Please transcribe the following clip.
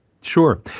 sure